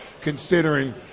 considering